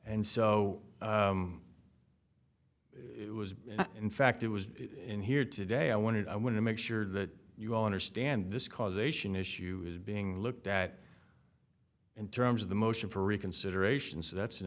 and so it was in fact it was in here today i wanted i want to make sure that you all understand this causation issue is being looked at in terms of the motion for reconsideration so that's an